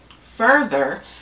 Further